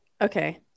okay